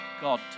God